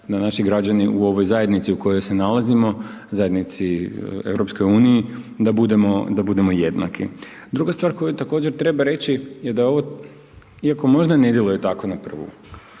da naši građani u ovoj zajednici u kojoj se nalazimo, zajednici EU, da budemo, da budemo jednaki. Druga stvar koju također treba reći, iako možda ne djeluje tako na prvu,